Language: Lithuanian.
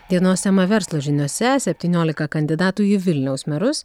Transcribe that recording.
dienos tema verslo žiniose septyniolika kandidatų į vilniaus merus